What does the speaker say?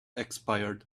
expired